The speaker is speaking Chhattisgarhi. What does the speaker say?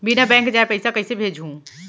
बिना बैंक जाये पइसा कइसे भेजहूँ?